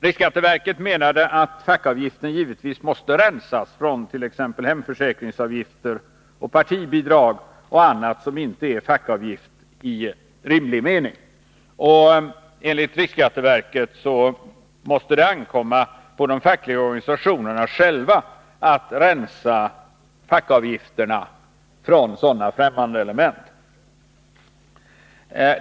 Riksskatteverket menade att fackföreningsavgiften givetvis måste rensas från t.ex. hemförsäkringsavgifter, partibidrag och annat som inte är fackföreningsavgift i rimlig mening. Enligt riksskatteverket måste det ankomma på de fackliga organisationerna själva att rensa fackföreningsavgifterna från sådana främmande element.